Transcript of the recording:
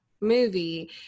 movie